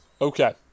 Okay